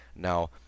Now